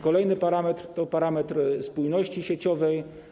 Kolejny parametr to parametr spójności sieciowej.